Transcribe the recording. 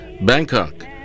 Bangkok